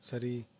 சரி